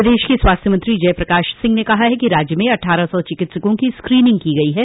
प्रदेश के स्वास्थ्य मंत्री जयप्रकाश सिंह ने कहा है कि राज्य में अट्ठारह सौ चिकित्सकों की स्कीनिंग कर ली गई है